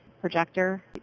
projector